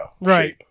right